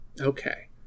Okay